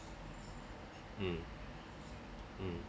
mm mm